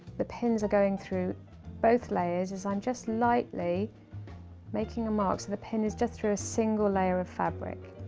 the pins are going through both layers as i'm just lightly making a mark so the pin is just through a single layer of fabric.